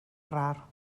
rar